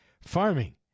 farming